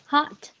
Hot